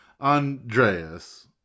andreas